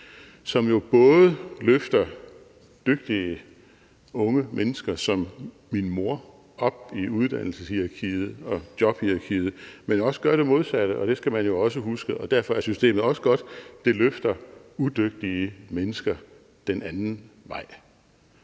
som både løfter dygtige unge mennesker som min mor op i uddannelseshierarkiet og jobhierarkiet, men også gør det modsatte – det skal man jo også huske. Og derfor er systemet også godt, for det løfter udygtige mennesker den anden vej.